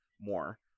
more